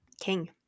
king